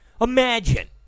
Imagine